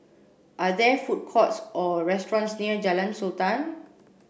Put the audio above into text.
are there food courts or restaurants near Jalan Sultan